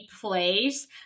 place